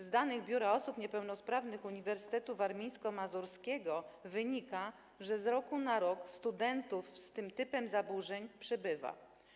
Z danych Biura ds. Osób Niepełnosprawnych Uniwersytetu Warmińsko-Mazurskiego wynika, że z roku na rok studentów z tym typem zaburzeń przybywa.